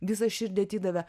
visą širdį atidavė